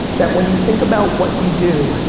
that when you think about what you do,